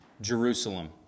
Jerusalem